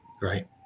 Right